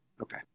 Okay